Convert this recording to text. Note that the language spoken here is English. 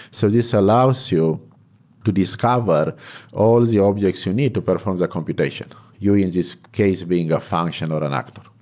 so this allows you to discover all the objects you need to perform the computation. you, in this case, being a function or an actor.